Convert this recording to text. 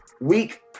week